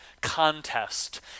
contest